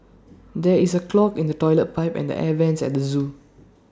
there is A clog in the Toilet Pipe and the air Vents at the Zoo